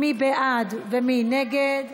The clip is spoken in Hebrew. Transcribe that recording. מי בעד ומי נגד?